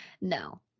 No